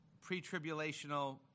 pre-tribulational